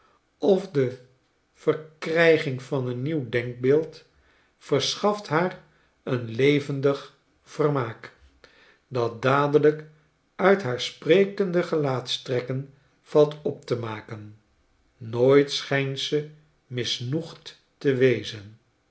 of de verkrijging van een nieuw denkbeeld verschaft haar een levendig vermaak dat dadelijk uit haar sprekende gelaatstrekken valt op te maken nooit schijnt ze misnoiegd te wezen